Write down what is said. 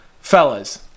fellas